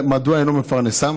מדוע אינו מפרנסם?